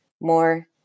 more